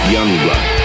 Youngblood